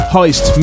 Heist